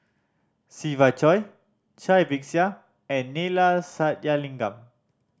Siva Choy Cai Bixia and Neila Sathyalingam